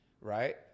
right